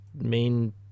Main